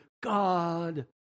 God